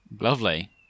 Lovely